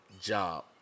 job